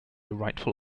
rightful